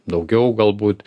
daugiau galbūt